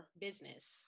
business